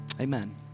Amen